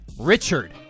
Richard